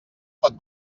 pot